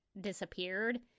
disappeared